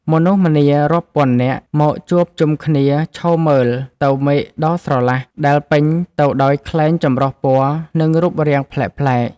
មនុស្សម្នារាប់ពាន់នាក់មកជួបជុំគ្នាឈរមើលទៅមេឃដ៏ស្រឡះ ដែលពេញទៅដោយខ្លែងចម្រុះពណ៌ និងរូបរាងប្លែកៗ។